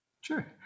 Sure